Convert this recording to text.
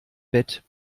bett